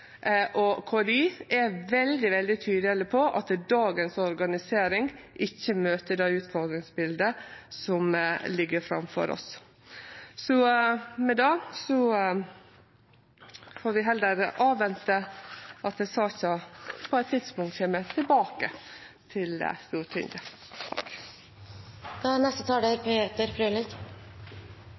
og Kriminalomsorgsdirektoratet, KDI, er veldig tydeleg på at dagens organisering ikkje møter det utfordringsbildet som ligg framfor oss. Med det får vi heller vente på at saka på eit tidspunkt kjem tilbake til Stortinget.